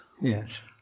Yes